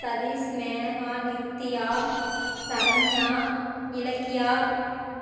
Satish Menaka Nithya Saranya Ilakkiya